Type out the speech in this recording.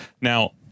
Now